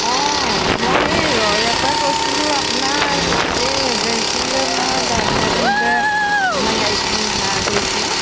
অঁ মই এই ৰৰৈয়াৰপৰা কৈছিলোঁ আপোনাৰ এই এজেঞ্চিলৈ মই ডাইভৰ এজন যে আপোনাৰ গাড়ীখন ভাড়া কৰিছিলোঁ